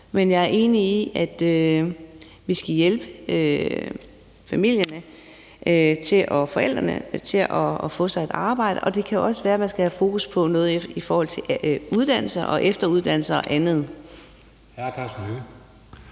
Jeg er enig i, at vi skal hjælpe forældrene til at få sig et arbejde, og det kan også være, at man skal have fokus på noget i forhold til uddannelse og efteruddannelse og andet.